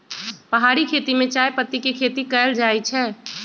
पहारि खेती में चायपत्ती के खेती कएल जाइ छै